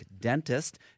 dentist